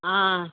ஆ